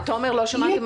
את תומר לא שמעתם?